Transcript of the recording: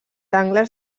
angles